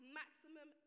maximum